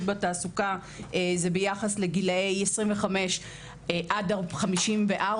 בתעסוקה זה ביחס לגילאי 25 עד 54,